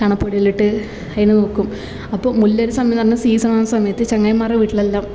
ചാണകപ്പൊടിയെല്ലാം ഇട്ട് അതിനെ നോക്കും അപ്പം മുല്ലേട സമയന്ന് പറഞ്ഞാൽ സീസൺ ആകുന്ന സമയത്ത് ചങ്ങായിമാരുടെ വീട്ടിലെല്ലാം